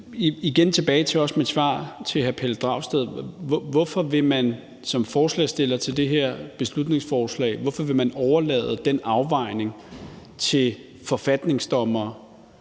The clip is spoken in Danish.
også sagde i mit svar til hr. Pelle Dragsted, altså hvorfor man som forslagsstiller til det her beslutningsforslag vil overlade det til forfatningsdommere